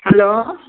hello